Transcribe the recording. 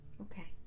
Okay